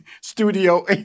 studio